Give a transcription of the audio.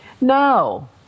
no